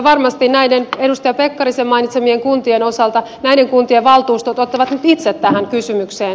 varmasti edustaja pekkarisen mainitsemien kuntien osalta näiden kuntien valtuustot ottavat nyt itse tämän kysymyksen